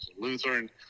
Lutheran